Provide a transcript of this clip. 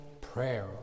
prayer